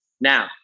Now